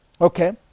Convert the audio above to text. Okay